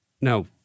Now